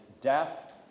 death